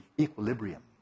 equilibrium